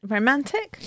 Romantic